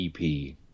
EP